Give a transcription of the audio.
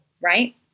right